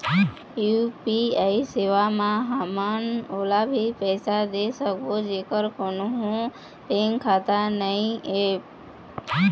UPI सेवा म हमन ओला भी पैसा दे सकबो जेकर कोन्हो बैंक खाता नई ऐप?